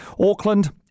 Auckland